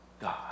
God